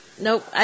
Nope